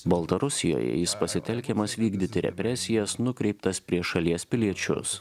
baltarusijoje jis pasitelkiamas vykdyti represijas nukreiptas prieš šalies piliečius